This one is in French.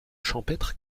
champêtre